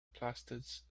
plastids